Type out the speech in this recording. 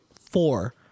four